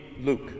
Luke